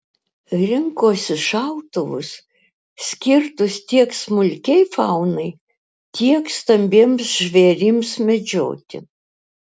rinkosi šautuvus skirtus tiek smulkiai faunai tiek stambiems žvėrims medžioti